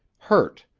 hurt,